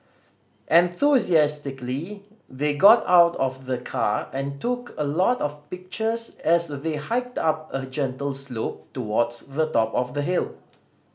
enthusiastically they got out of the car and took a lot of pictures as they hiked up a gentle slope towards the top of the hill